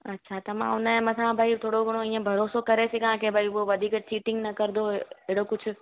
अच्छा त मां हुनजे मथा भई थोरो घणो हीअं भरोसो करे सघां की भई हूअ वधीक चीटिंग न कंदो अहिड़ो कुझु